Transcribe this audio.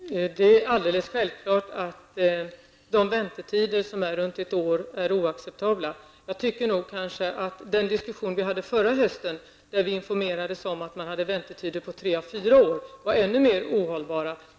Herr talman! Det är alldeles självklart att väntetider på runt ett år är alldeles oacceptabla. I den diskussion vi hade förra hösten informerades vi om att man hade väntetider på tre à fyra år, och de var ännu mer ohållbara.